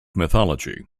mythology